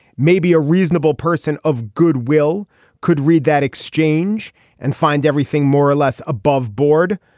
maybe a reasonable person of goodwill could read that exchange and find everything more or less aboveboard.